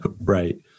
Right